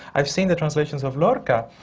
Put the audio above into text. i've seen the translations of lorca,